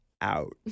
out